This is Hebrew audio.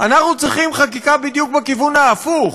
אנחנו צריכים חקיקה בדיוק בכיוון ההפוך,